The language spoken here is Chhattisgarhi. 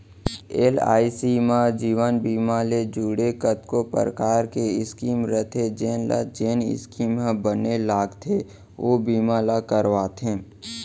एल.आई.सी म जीवन बीमा ले जुड़े कतको परकार के स्कीम रथे जेन ल जेन स्कीम ह बने लागथे ओ बीमा ल करवाथे